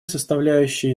составляющей